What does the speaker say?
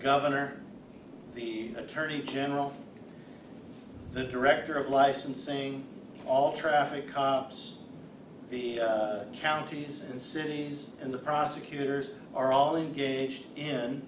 governor the attorney general the director of licensing all traffic cops the counties and cities and the prosecutors are all engage